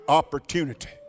opportunity